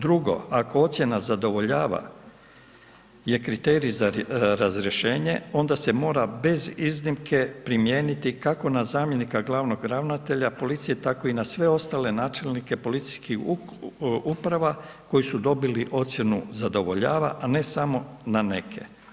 Drugo, ako ocjena zadovoljava je kriterij za razrješenje, onda se mora bez iznimke primijeniti kako na zamjenika glavnog ravnatelja policije, tako i na sve ostale načelnike policijskih uprava koji su dobili ocjenu zadovoljava, a ne samo na neke.